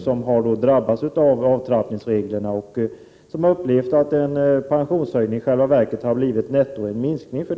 De har drabbats av avtrappningsreglerna och upplevt att en pensionshöjning i själva verket netto har blivit en minskning.